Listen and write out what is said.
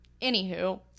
Anywho